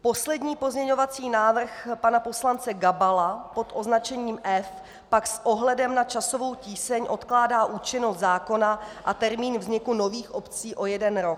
Poslední pozměňovací návrh pana poslance Gabala pod označením F pak s ohledem na časovou tíseň odkládá účinnost zákona a termín vzniku nových obcí o jeden rok.